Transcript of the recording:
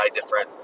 different